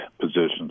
positions